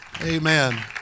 Amen